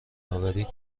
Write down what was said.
اوری